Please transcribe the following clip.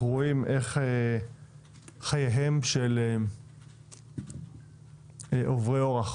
אנחנו רואים איך חייהם של עוברי אורח